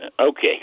Okay